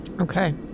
Okay